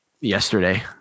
yesterday